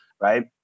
Right